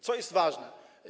Co jest ważne?